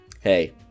Hey